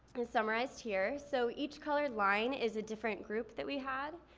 it's summarized here. so each colored line is a different group that we had.